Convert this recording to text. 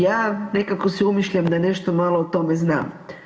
Ja nekako si umišljam da nešto malo o tome znam.